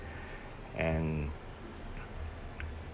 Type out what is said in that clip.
and